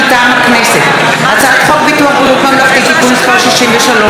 מטעם הכנסת: הצעת חוק ביטוח בריאות ממלכתי (תיקון מס' 63)